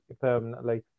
permanently